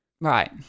right